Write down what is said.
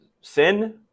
sin